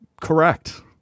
correct